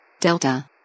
Delta